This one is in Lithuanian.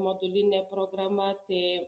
modulinė programa tai